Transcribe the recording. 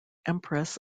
empress